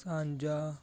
ਸਾਂਝਾ